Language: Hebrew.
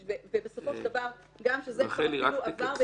ובסופו של דבר גם כשזה כבר אפילו עבר,